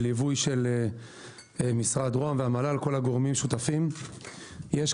בליווי של משרד רוה"מ והמל"ל כל הגורמים שותפים.